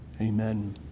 Amen